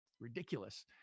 ridiculous